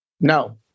No